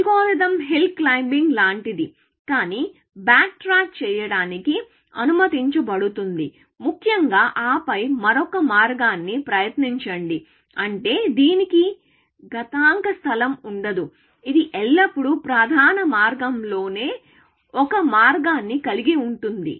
algorithm hill climbing లాంటిది కానీ back track చేయడానికి అనుమతించబడుతుంది ముఖ్యంగా ఆపై మరొక మార్గాన్ని ప్రయత్నించండి అంటే దీనికి ఘాతాంక స్థలం ఉండదు ఇది ఎల్లప్పుడూ ప్రధాన మార్గంలో ఒకే ఒక మార్గాన్ని కలిగి ఉంటుంది